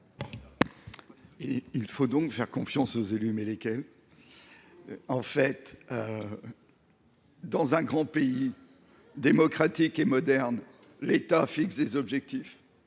Il faut donc faire confiance aux élus, mais lesquels ? Dans un grand pays démocratique et moderne, l’État fixe des objectifs.